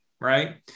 right